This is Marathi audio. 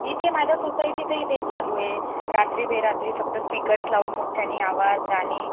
इथे माझ्या सोसायटीतही तेच चालू आहे रात्रीबेरात्री फक्त स्पीकर्स लावून मोठयाने आवाज गाणे